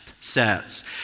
says